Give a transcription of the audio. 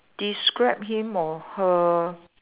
describe him or her